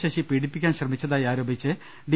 ശശി പീഡിപ്പിക്കാൻ ശ്രമിച്ചതായി ആരോപിച്ച് ഡി